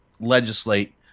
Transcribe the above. legislate